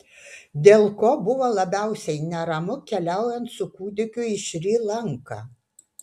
dėl ko buvo labiausiai neramu keliaujant su kūdikiu į šri lanką